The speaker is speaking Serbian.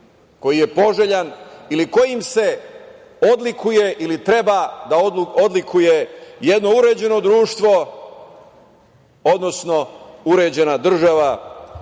koji je poželjan ili kojim se odlikuje ili treba da odlikuje jedno uređeno društvo, odnosno uređena država